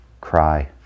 cry